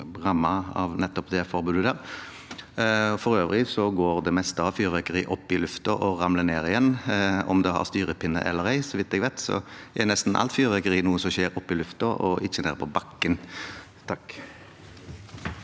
rammet av nettopp det forbudet. For øvrig går det meste av fyrverkeri opp i luften og ramler ned igjen, om det har styrepinne eller ei. Så vidt jeg vet, er nesten alt fyrverkeri noe som skjer oppe i luften og ikke nede på bakken.